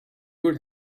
would